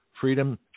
freedom